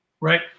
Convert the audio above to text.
right